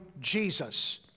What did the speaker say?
Jesus